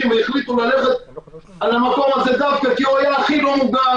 והחליטו ללכת על המקום הזה כי הוא היה הכי לא מוגן,